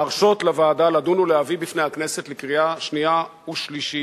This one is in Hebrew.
להרשות לוועדה לדון ולהביא בפני הכנסת לקריאה שנייה ושלישית